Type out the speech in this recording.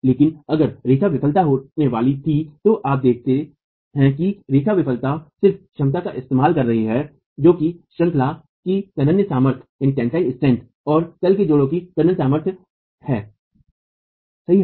लेकिन अगर रेखा विफलता होने वाली थी तो आप देखते हैं कि रेखा विफलता सिर्फ क्षमता का इस्तेमाल कर रही है जो कि श्रंखलाश्रेणी की तन्य सामर्थ्य और ताल के जोड़ों की तन्य सामर्थ्य है सही है